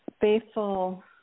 faithful